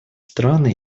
страны